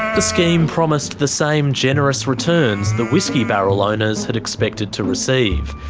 the scheme promised the same generous returns the whisky barrel owners had expected to receive.